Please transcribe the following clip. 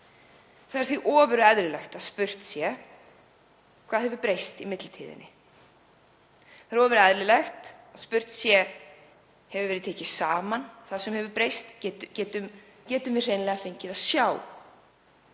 Það er því ofureðlilegt að spurt sé. Hvað hefur breyst í millitíðinni? Það er ofureðlilegt að spurt sé: Hefur það verið tekið saman hvað hefur breyst? Getum við hreinlega fengið að sjá